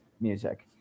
music